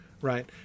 Right